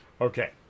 Okay